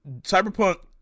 cyberpunk